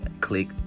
click